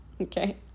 Okay